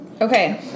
Okay